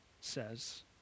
says